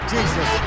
Jesus